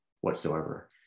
whatsoever